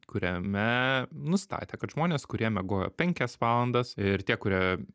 kuriame nustatė kad žmonės kurie miegojo penkias valandas ir tie kurie